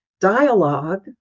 dialogue